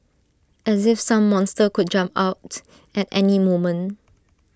as if some monster could jump out at any moment